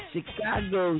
Chicago